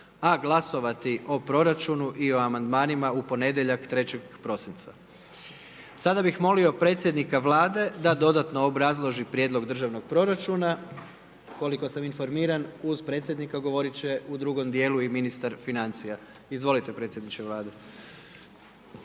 a glasovati o proračunu i o amandmanima u ponedjeljak, 03. prosinca. Sada bih molio predsjednika Vlade da dodatno obrazloži Prijedlog državnog proračuna, koliko sam informiran uz predsjednika, govorit će u drugom dijelu i ministar financija. Izvolite predsjedniče Vlade.